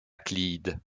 clyde